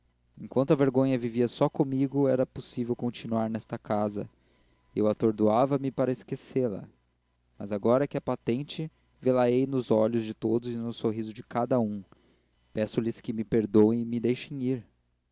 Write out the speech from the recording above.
enquanto a vergonha vivia só comigo era possível continuar nesta casa eu atordoava me para esquecê-la mas agora que é patente vê la ei nos olhos de todos e no sorriso de cada um peço lhes que me perdoem e me deixem ir